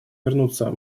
вернуться